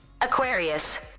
Aquarius